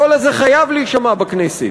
הקול הזה חייב להישמע בכנסת.